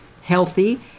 healthy